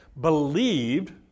believed